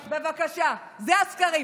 בבקשה, זה השקרים.